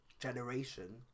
generation